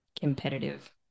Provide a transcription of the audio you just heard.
Competitive